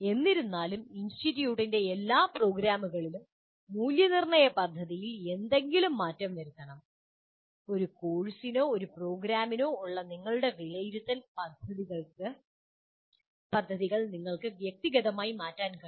എന്നിരുന്നാലും ഇൻസ്റ്റിറ്റ്യൂട്ടിന്റെ എല്ലാ പ്രോഗ്രാമുകളിലും മൂല്യനിർണ്ണയ പദ്ധതിയിൽ എന്തെങ്കിലും മാറ്റങ്ങൾ വരുത്തണം ഒരു കോഴ്സിനോ ഒരു പ്രോഗ്രാമിനോ ഉള്ള നിങ്ങളുടെ വിലയിരുത്തൽ പദ്ധതികൾ നിങ്ങൾക്ക് വ്യക്തിഗതമായി മാറ്റാൻ കഴിയില്ല